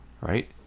Right